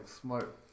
smart